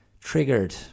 Triggered